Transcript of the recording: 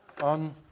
on